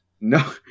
no